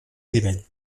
nivell